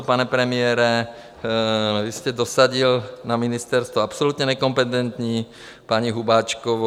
Pane premiére, vy jste dosadil na ministerstvo absolutně nekompetentní paní Hubáčkovou.